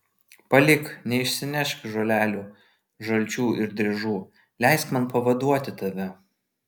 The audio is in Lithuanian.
palik neišsinešk žolelių žalčių ir driežų leisk man pavaduoti tave